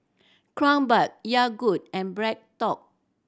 Kronenbourg Yogood and BreadTalk